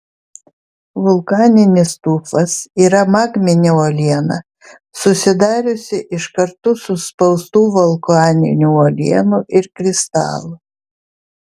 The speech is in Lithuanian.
vulkaninis tufas yra magminė uoliena susidariusi iš kartu suspaustų vulkaninių uolienų ir kristalų